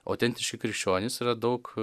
autentiški krikščionys yra daug